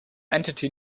entity